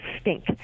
stink